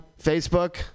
Facebook